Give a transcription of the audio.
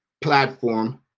platform